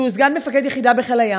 שהוא סגן מפקד יחידה בחיל הים.